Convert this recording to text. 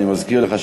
אני מזכיר לך,